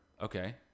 Okay